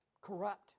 corrupt